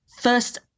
first